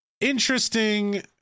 interesting